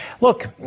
look